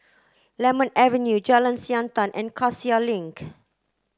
Lemon Avenue Jalan Siantan and Cassia Link